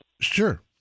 Sure